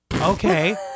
Okay